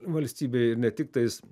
valstybei ir ne tiktais